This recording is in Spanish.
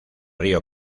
río